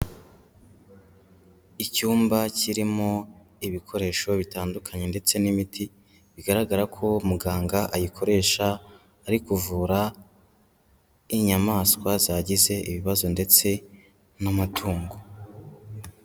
Icyumba kirimo ibikoresho bitandukanye ndetse n'imiti bigaragara ko muganga ayikoresha ari kuvura inyamaswa zagize ibibazo ndetse n'amatungo.